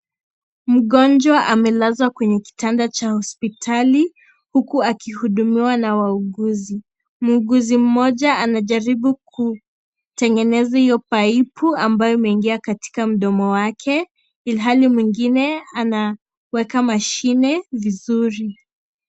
Mgonjwa amelazwa kwenye kitanda cha hospitali huku akuhudumiwa na wauguzi, muuguzi mmoja anajaribu kutengeneza hiyo paipu ambayo imeingia kati mdomo wake ilhali mwingine anaweka mashine vizuri.